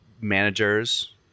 managers